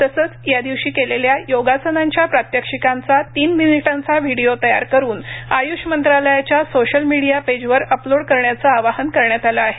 तसंच या दिवशी केलेल्या योगासनांच्या प्रात्यक्षिकांचा तीन मिनिटांचा व्हिडिओ तयार करून आय्ष मंत्रालयाच्या सोशल मिडिया पेजवर अपलोड करण्याचं आवाहन करण्यात आले आहे